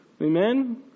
Amen